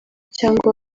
cyangwa